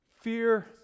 fear